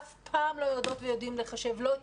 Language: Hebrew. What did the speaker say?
אף פעם לא יודעות ויודעים לחשב לא את